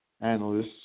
Analysts